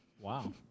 Wow